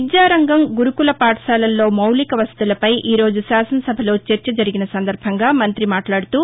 విద్యారంగం గురుకుల పాఠశాలల్లో మౌలిక వసతులపై ఈ రోజు శాసనసభలో చర్చ జరిగిన సందర్బంగా మంతి మాట్లాడుతూ